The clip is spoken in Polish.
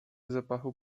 zapachu